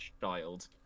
child